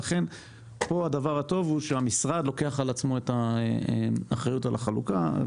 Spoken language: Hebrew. ולכן פה הדבר הטוב הוא שהמשרד לוקח על עצמו את האחריות על החלוקה.